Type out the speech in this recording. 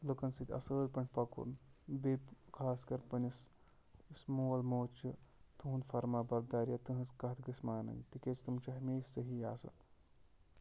لُکَن سۭتۍ اَصۭل پٲٹھۍ پَکُن بیٚیہِ خاص کر پَنٛنِس یُس مول موج چھُ تِہُنٛد فرمابردار یا تِہٕنٛز کَتھ گژھِ مانٕنۍ تِکیازِ تِم چھِ ہمیشہ صحیح آسان